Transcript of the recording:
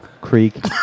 Creek